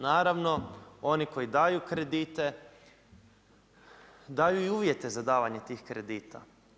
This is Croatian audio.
Naravno, oni koji daju kredite daju i uvjete za davanje tih kredita.